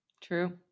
True